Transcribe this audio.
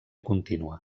contínua